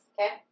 Okay